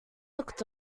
looked